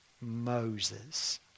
Moses